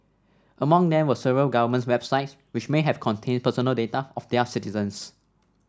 among them were several government websites which may have contained personal data of their citizens